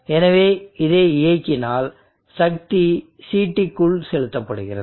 எனவே இதை இயக்கினால் சக்தி CTக்குள் செலுத்தப்படுகிறது